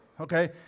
Okay